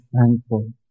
thankful